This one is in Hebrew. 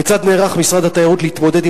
כיצד נערך משרד התיירות להתמודד עם